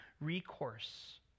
recourse